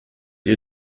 ihr